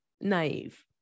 naive